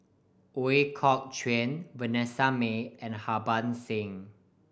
Ooi Kok Chuen Vanessa Mae and Harbans Singh